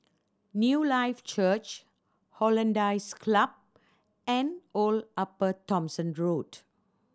Newlife Church Hollandse Club and Old Upper Thomson Road